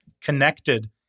connected